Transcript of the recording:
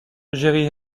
jerry